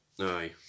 aye